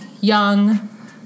young